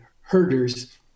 herders